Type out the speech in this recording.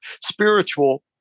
spiritual